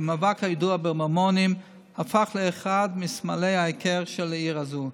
ובמאבק הידוע במורמונים הפך לאחד מסמלי ההיכר של העיר הזו.